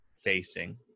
facing